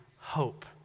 hope